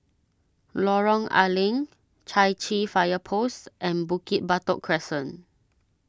Lorong A Leng Chai Chee Fire Post and Bukit Batok Crescent